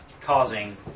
Causing